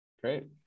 Great